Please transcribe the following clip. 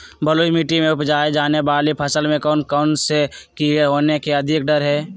बलुई मिट्टी में उपजाय जाने वाली फसल में कौन कौन से कीड़े होने के अधिक डर हैं?